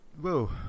whoa